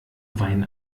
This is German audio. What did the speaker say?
wein